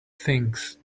things